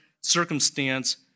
circumstance